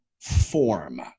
form